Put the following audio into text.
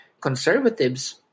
conservatives